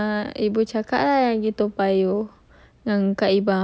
ke terus err ibu cakap kan pergi toa payoh